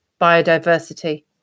biodiversity